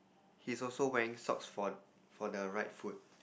he's also wearing socks for for the right foot